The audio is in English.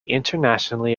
internationally